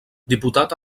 diputat